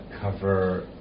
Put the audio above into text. cover